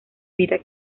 vida